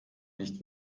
nicht